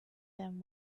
them